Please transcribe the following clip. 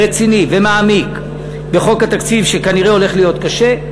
רציני ומעמיק בחוק התקציב, שכנראה הולך להיות קשה.